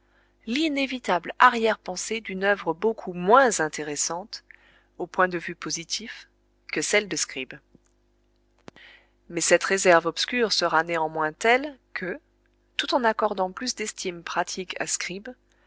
l'inévitable arrière-pensée d'une œuvre beaucoup moins intéressante au point de vue positif que celle de scribe mais cette réserve obscure sera néanmoins telle que tout en accordant plus d'estime pratique à scribe